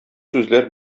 сүзләр